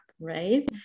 Right